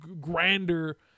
grander